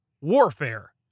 warfare